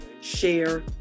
share